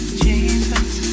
Jesus